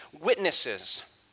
witnesses